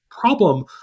problem